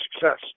success